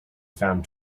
found